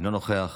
אינו נוכח.